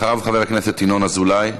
אחריו, חבר הכנסת ינון אזולאי.